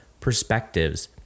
perspectives